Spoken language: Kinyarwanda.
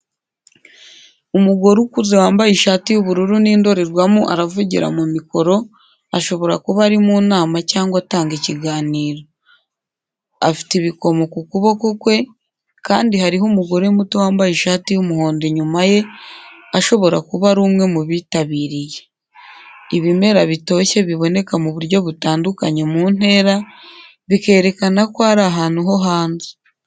Umugore ukuze wambaye ishati y'ubururu n'indorerwamo aravugira mu mikoro, ashobora kuba ari mu nama cyangwa atanga ikiganiro. Afite ibikomo ku kuboko kwe, kandi hariho umugore muto wambaye ishati y'umuhondo inyuma ye, ashobora kuba ari umwe mu bitabiriye. Ibimera bitoshye biboneka mu buryo butandukanye mu ntera, bikerekana ko ari ahantu ho hanze.